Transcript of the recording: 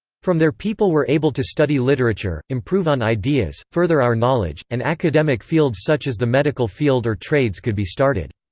from there people were able to study literature, improve on ideas, further our knowledge, and academic fields such as the medical field or trades could be started.